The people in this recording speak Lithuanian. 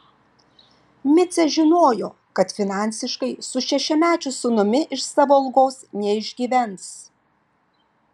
micė žinojo kad finansiškai su šešiamečiu sūnumi iš savo algos neišgyvens